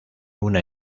una